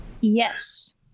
Yes